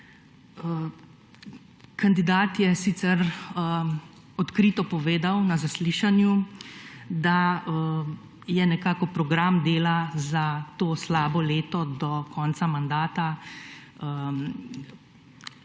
Kandidat je sicer odkrito povedal na zaslišanju, da je nekako program dela za to slabo leto do konca mandata